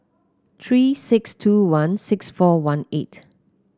three six two one six four one eight